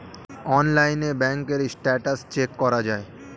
অনলাইনে ব্যাঙ্কের status check করা যায়